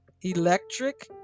electric